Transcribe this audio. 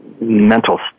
mental